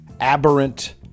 aberrant